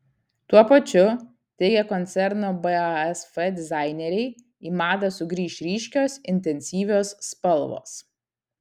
tuo pačiu teigia koncerno basf dizaineriai į madą sugrįš ryškios intensyvios spalvos